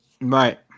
Right